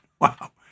Wow